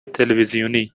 تلویزیونی